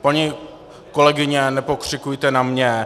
Paní kolegyně, nepokřikujte na mě.